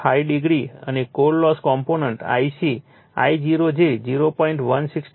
5 o અને core loss component Ic I0 જે 0